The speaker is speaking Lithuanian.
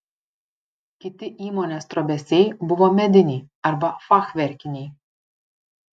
kiti įmonės trobesiai buvo mediniai arba fachverkiniai